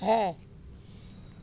ਹੈ